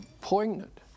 poignant